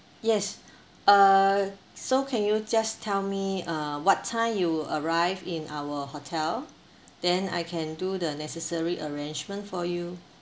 yes uh so can you just tell me uh what time you arrive in our hotel then I can do the necessary arrangement for you